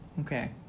Okay